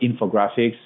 infographics